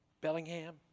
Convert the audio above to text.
Bellingham